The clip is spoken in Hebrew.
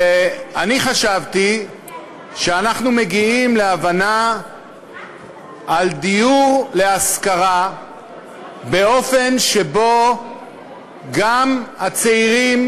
ואני חשבתי שאנחנו מגיעים להבנה על דיור להשכרה באופן שבו גם הצעירים